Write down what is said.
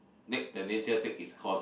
let the nature take its course